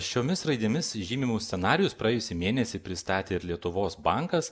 šiomis raidėmis žymimus scenarijus praėjusį mėnesį pristatė ir lietuvos bankas